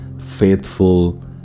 faithful